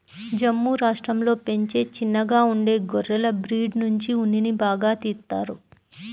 జమ్ము రాష్టంలో పెంచే చిన్నగా ఉండే గొర్రెల బ్రీడ్ నుంచి ఉన్నిని బాగా తీత్తారు